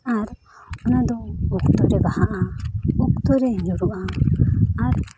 ᱟᱨ ᱚᱱᱟ ᱫᱚ ᱚᱠᱛᱚ ᱨᱮ ᱵᱟᱦᱟᱜᱼᱟ ᱚᱠᱛᱚ ᱨᱮ ᱧᱩᱨᱩᱜᱼᱟ ᱟᱨ